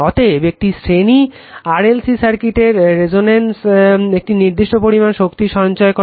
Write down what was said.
অতএব একটি শ্রেণী RLC সার্কিট রেসনেন্সে একটি নির্দিষ্ট পরিমাণ শক্তি সঞ্চয় করে